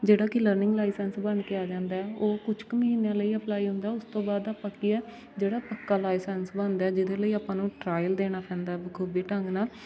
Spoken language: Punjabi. ਜਿਹੜਾ ਕਿ ਲਰਨਿੰਗ ਲਾਇਸੈਂਸ ਬਣ ਕੇ ਆ ਜਾਂਦਾ ਹੈ ਉਹ ਕੁਛ ਕੁ ਮਹੀਨਿਆਂ ਲਈ ਅਪਲਾਈ ਹੁੰਦਾ ਉਸ ਤੋਂ ਬਾਅਦ ਆਪਾਂ ਕੀ ਹੈ ਜਿਹੜਾ ਪੱਕਾ ਲਾਇਸੈਂਸ ਬਣਦਾ ਜਿਹਦੇ ਲਈ ਆਪਾਂ ਨੂੰ ਟ੍ਰਾਇਲ ਦੇਣਾ ਪੈਂਦਾ ਬਖੂਬੀ ਢੰਗ ਨਾਲ਼